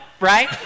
right